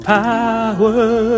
power